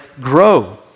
grow